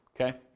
okay